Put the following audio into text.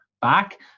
back